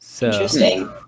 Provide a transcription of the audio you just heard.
Interesting